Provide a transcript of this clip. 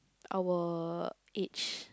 our age